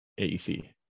AEC